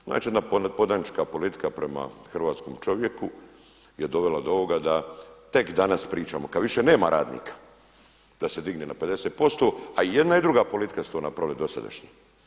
Znači jedna podanička politika prema hrvatskom čovjeku je dovela do ovoga da tek danas pričamo kada više nema radnika da se digne na 50%, a jedna i druga politika su to napravile dosadašnji.